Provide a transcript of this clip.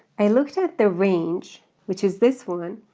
i looked at the range, which is this one,